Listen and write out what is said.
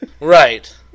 right